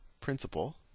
principal